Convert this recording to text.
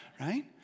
right